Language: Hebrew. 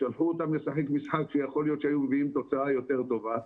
שלחו אותן לשחק במשחק שיכולנו להביא תוצאה יותר טובה,